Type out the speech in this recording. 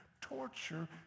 torture